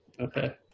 Okay